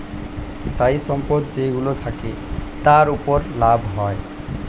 স্থায়ী সম্পদ যেইগুলো থাকে, তার উপর লাভ হয়